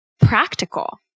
practical